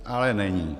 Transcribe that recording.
Ale není.